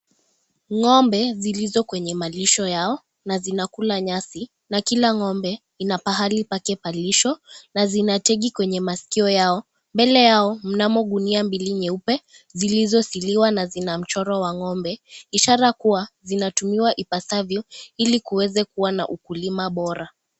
Ng'ombe zilizo kwenye malisho yao na zinakula nyasi na kila ng'ombe ina mahali pake pa lisho, na zina tagi kwenye masikio yao mbele yao mnamo gunia mbili nyeupe zilizo sealiwa na zina mchoro wa n'gombe ishara kuwa inatumiwa ipasavyo ili kuweze kuwa na ukulima bora.